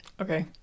okay